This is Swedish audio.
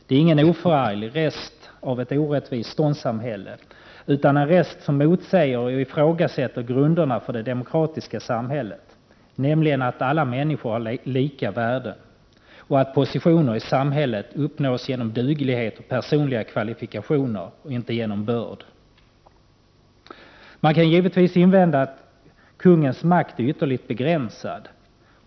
Det är ingen oförarglig rest av ett orättvist ståndssamhälle utan en rest som motsäger och ifrågasätter grunderna för det demokratiska samhället, nämligen att alla människor har lika värde och att positioner i samhället uppnås genom duglighet och personliga kvalifikationer och inte genom börd. Man kan givetvis invända att kungens makt är ytterligt begränsad.